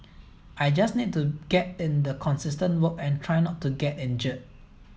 I just need to get in the consistent work and try not to get injured